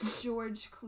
George